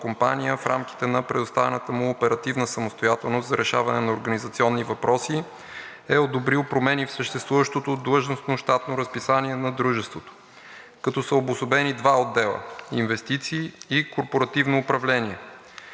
компания“ в рамките на предоставената му оперативна самостоятелност за решаване на организационни въпроси е одобрил промени в съществуващото длъжностно щатно разписание на дружеството, като са обособени два отдела – „Инвестиции“ и „Корпоративно управление“.